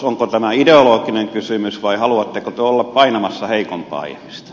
onko tämä ideologinen kysymys vai haluatteko te olla painamassa heikompaa ihmistä